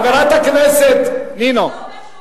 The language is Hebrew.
חברת הכנסת נינו, זה לא אומר שהוא,